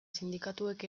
sindikatuek